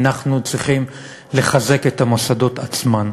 אנחנו צריכים לחזק את המוסדות עצמם.